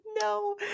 No